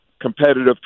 competitive